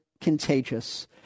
contagious